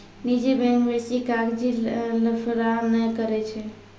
निजी बैंक बेसी कागजी लफड़ा नै करै छै